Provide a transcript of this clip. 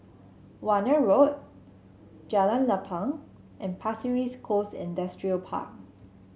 Warna Road Jalan Lapang and Pasir Ris Coast Industrial Park